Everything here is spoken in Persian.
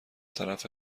طرف